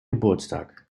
geburtstag